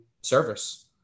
service